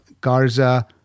Garza